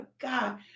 God